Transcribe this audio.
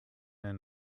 and